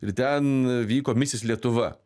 ir ten vyko misis lietuva